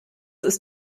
ist